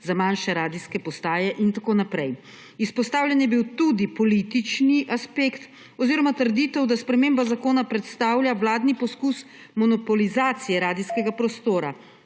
za manjše radijske postaje in tako naprej. Izpostavljen je bil tudi politični aspekt oziroma trditev, da sprememba zakona predstavlja vladni poskus monopolizacije radijskega prostora.